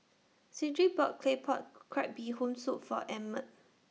Cedrick bought Claypot Crab Bee Hoon Soup For Emmett